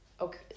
okay